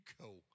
go